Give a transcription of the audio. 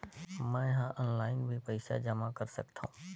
मैं ह ऑनलाइन भी पइसा जमा कर सकथौं?